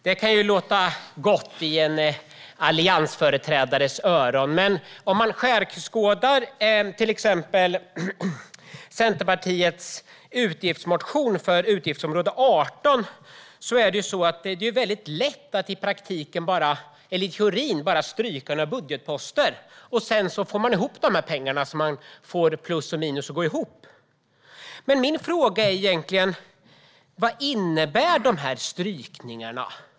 Det kan låta gott i en alliansföreträdares öron. Låt oss skärskåda Centerpartiets utgiftsmotion för utgiftsområde 18. Det är lätt att i teorin stryka några budgetposter, och sedan går plus och minus ihop. Vad innebär strykningarna?